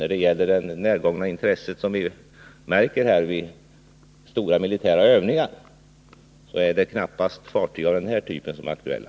När det gäller det närgångna intresse som vi märker vid stora militära övningar vill jag betona att det i det sammanhanget knappast är fartyg av den här typen som är aktuella.